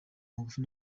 magufi